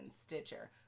Stitcher